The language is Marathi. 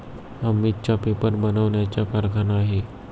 अमितचा पेपर बनवण्याचा कारखाना आहे